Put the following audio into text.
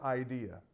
idea